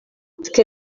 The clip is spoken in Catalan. que